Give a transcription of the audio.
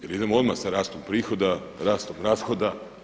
Jer idemo odmah sa rastom prihoda, rastom rashoda.